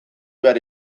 behar